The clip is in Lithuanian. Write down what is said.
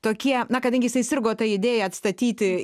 tokie na kadangi jisai sirgo ta idėja atstatyti